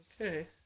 Okay